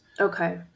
Okay